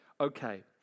Okay